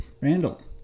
Randall